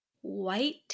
White